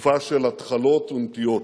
תקופה של התחלות ונטיעות,